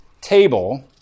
table